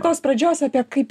tos pradžios apie kaip